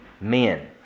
men